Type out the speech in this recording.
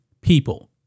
people